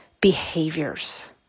behaviors